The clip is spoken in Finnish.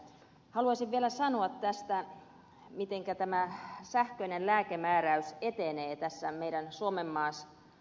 haluaisin vielä sanoa tästä mitenkä tämä sähköinen lääkemääräys etenee tässä meidän suomenmaassa